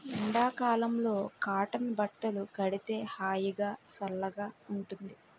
ఎండ కాలంలో కాటన్ బట్టలు కడితే హాయిగా, సల్లగా ఉంటుంది